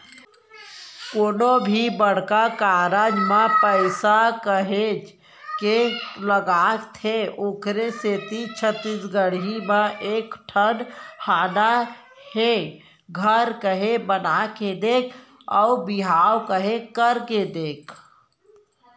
कोनो भी बड़का कारज म पइसा काहेच के लगथे ओखरे सेती छत्तीसगढ़ी म एक ठन हाना हे घर केहे बना के देख अउ बिहाव केहे करके देख